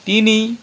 তিনি